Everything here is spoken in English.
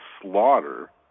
slaughter